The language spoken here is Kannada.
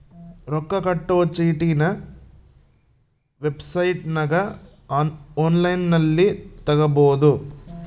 ರೊಕ್ಕ ಕಟ್ಟೊ ಚೀಟಿನ ವೆಬ್ಸೈಟನಗ ಒನ್ಲೈನ್ನಲ್ಲಿ ತಗಬೊದು